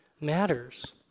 matters